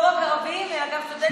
לא רק ערבים אלא גם סטודנטים אחרים.